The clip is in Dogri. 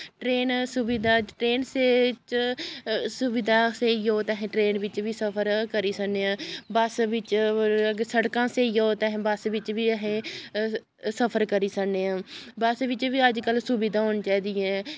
ट्रेन सुविधा ट्रेन से च सुविधा स्हेई होग ते अस ट्रेन बिच्च बी सफर करी सकने आं बस्स बिच्च अगर सड़कां स्हेई होग ते अस बस्स बिच्च बी अस सफर करी सकने आं बस्स बिच्च बी अजकल्ल सुविधा होनी चाहिदी ऐ